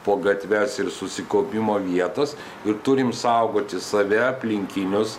po gatves ir susikaupimo vietas ir turim saugoti save aplinkinius